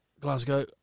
Glasgow